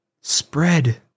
Spread